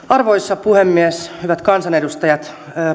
arvoisa puhemies hyvät kansanedustajat